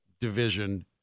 division